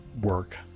work